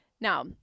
Now